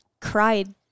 cried